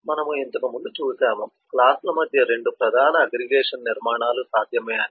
మనము ఇంతకుముందు చూశాము క్లాస్ల మధ్య 2 ప్రధాన అగ్రిగేషన్ నిర్మాణాలు సాధ్యమే అని